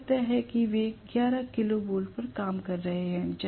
मुझे लगता है कि वे 11 किलो वोल्ट पर काम कर रहे हैं